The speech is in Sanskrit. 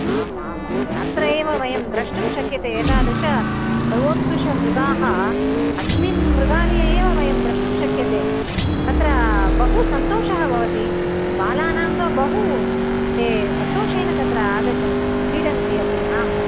आम् आं महोदय अत्र एव वयं द्रष्टुं शक्यते एतादृशसर्वोत्कृष्टमृगाः अस्मिन् मृगालये एव वयं द्रष्टुं शक्यन्ते तत्र बहु सन्तोषः भवति बालानां तु बहु ते सन्तोषेण तत्र आगच्छन्ति क्रीडन्ति अपि आम्